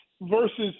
versus